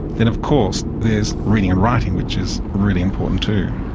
then of course there's reading and writing, which is really important too.